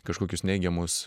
kažkokius neigiamus